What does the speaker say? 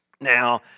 Now